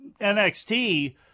NXT